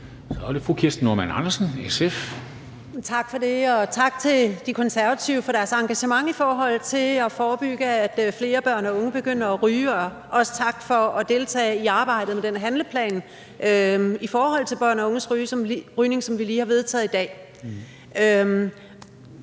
Tak for det, og tak til De Konservative for deres engagement i forhold til at forebygge, at flere børn og unge begynder at ryge, og også tak for at deltage i arbejdet med den handleplan i forhold til børns og unges rygning, som vi lige har vedtaget i dag.